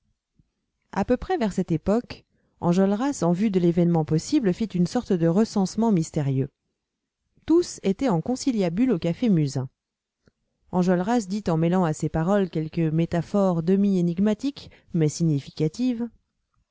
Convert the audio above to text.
à peu près vers cette époque enjolras en vue de l'événement possible fit une sorte de recensement mystérieux tous étaient en conciliabule au café musain enjolras dit en mêlant à ses paroles quelques métaphores demi énigmatiques mais significatives